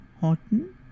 Horton